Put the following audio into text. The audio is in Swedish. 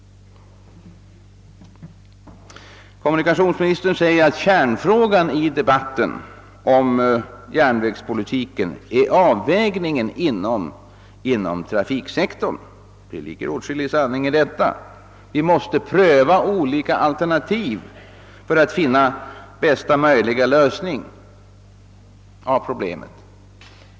Kommunikationsministern säger att kärnfrågan i debatten om järnvägspolitiken är avvägningen inom trafiksektorn, och det ligger åtskillig sanning i det. Vi måste pröva olika alternativ för att finna den bästa möjliga lösningen på problemet, sade statsrådet.